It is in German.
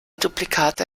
duplikate